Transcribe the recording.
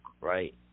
right